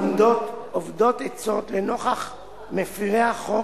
עומדות אובדות עצות לנוכח מפירי החוק,